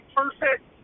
perfect